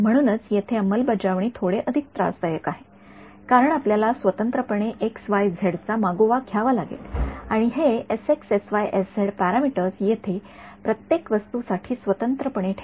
म्हणूनच येथे अंमलबजावणी थोडे अधिक त्रासदायक आहे कारण आपल्याला स्वतंत्रपणे एक्स वाय झेड चा मागोवा घ्यावा लागेल आणि हे पॅरामीटर्स येथे प्रत्येक वस्तू साठी स्वतंत्रपणे ठेवा